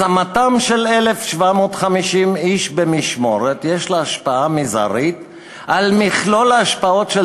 השמתם של 1,750 איש במשמורת יש לה השפעה מזערית על מכלול ההשפעות של